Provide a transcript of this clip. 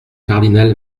cardinal